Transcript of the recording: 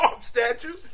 statue